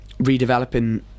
redeveloping